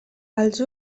els